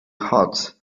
hot